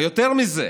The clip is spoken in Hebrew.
ויותר מזה,